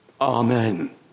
Amen